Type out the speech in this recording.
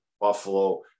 Buffalo